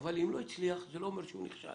אבל אם לא הצליח, זה לא אומר שהוא נכשל,